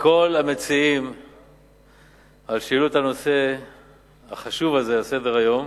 לכל המציעים על שהעלו את הנושא החשוב הזה על סדר-היום.